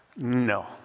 No